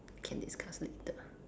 can discuss later